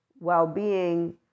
well-being